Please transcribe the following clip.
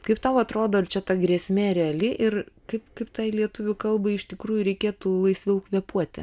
kaip tau atrodo ar čia ta grėsmė reali ir kaip kaip tai lietuvių kalbai iš tikrųjų reikėtų laisviau kvėpuoti